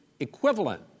equivalent